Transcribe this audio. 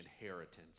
inheritance